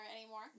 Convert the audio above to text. anymore